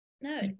no